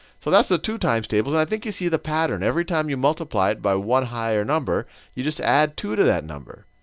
so that's the two times tables and i think you see the pattern. every time you multiply it by one higher number you just add two to that number.